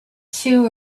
two